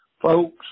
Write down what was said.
folks